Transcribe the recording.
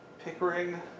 Pickering